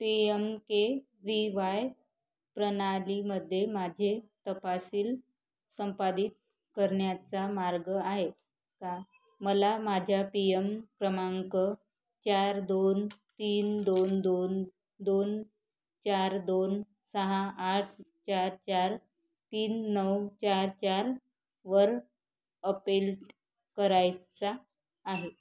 P M K V Y प्रणालीमध्ये माझे तपशील संपादित करण्याचा मार्ग आहे का मला माझ्या पी यम क्रमांक चार दोन तीन दोन दोन दोन चार दोन सहा आठ चार चार तीन नऊ चार चार वर अपेल्ट करायचा आहे